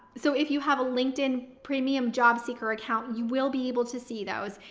so if you have a linkedin premium job seeker account. you will be able to see those.